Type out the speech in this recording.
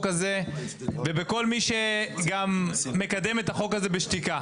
הזה וכל מי שגם מקדם את החוק הזה בשתיקה,